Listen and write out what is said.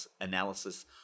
analysis